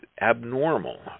abnormal